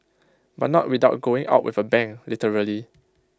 but not without going out with A bang literally